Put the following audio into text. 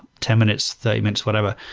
ten minutes, thirty minutes, whatever,